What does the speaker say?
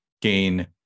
gain